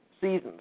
seasons